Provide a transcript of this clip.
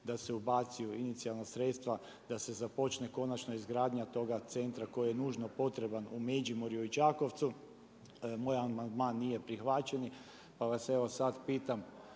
da se ubace inicijalna sredstva, da se započne konačno izgradnja toga centra koji je nužno potreban u Međimurju i Čakovcu. Moj amandman nije prihvaćen, pa vas evo sad pitam